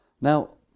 Now